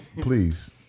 please